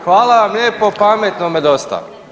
Hvala vam lijepo, pametnome dosta.